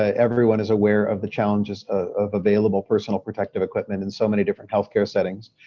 everyone is aware of the challenges of available personal protective equipment in so many different health care settings.